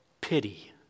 pity